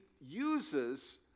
uses